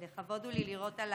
לכבוד הוא לי לראות על